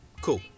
Cool